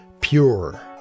pure